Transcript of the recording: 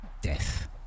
...death